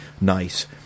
nice